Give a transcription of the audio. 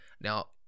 now